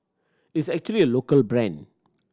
it's actually a local brand